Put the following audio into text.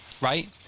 right